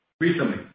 Recently